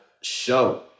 show